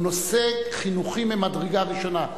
הוא נושא חינוכי ממדרגה ראשונה.